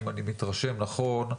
אם אני מתרשם נכון,